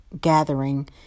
gathering